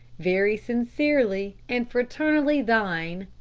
very sincerely and fraternally thine,